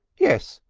yes.